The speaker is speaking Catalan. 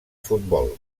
futbol